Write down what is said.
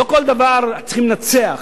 לא בכל דבר צריכים לנצח.